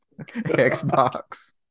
Xbox